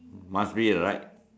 must be right